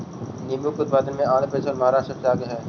नींबू के उत्पादन में आंध्र प्रदेश और महाराष्ट्र सबसे आगे हई